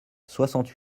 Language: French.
soixante